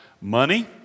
money